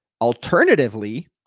Alternatively